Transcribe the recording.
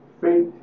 faith